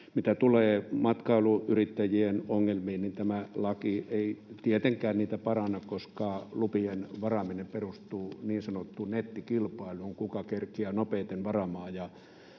Mitä tulee matkailuyrittäjien ongelmiin, niin tämä laki ei tietenkään niitä paranna, koska lupien varaaminen perustuu niin sanottuun nettikilpailuun, siihen, kuka kerkeää nopeiten varaamaan,